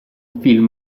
film